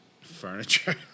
furniture